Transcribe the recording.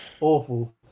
awful